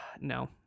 No